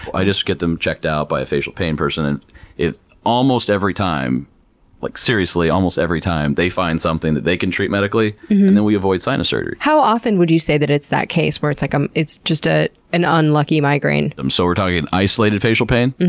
i just get them checked out by a facial pain person and it almost every time like seriously, almost every time they find something that they can treat medically and then we avoid sinus surgery. how often would you say that it's that case where it's like um it's just ah an unlucky migraine. um so, we're talking isolated facial pain?